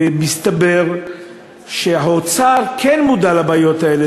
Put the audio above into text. ומסתבר שהאוצר כן מודע לבעיות האלה,